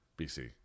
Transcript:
BC